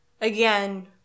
Again